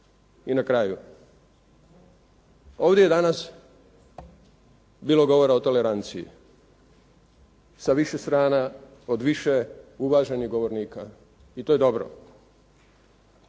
I na kraju, ovdje je danas bilo govora o toleranciji sa više strana od više uvaženih govornika i to je dobro.